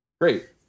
Great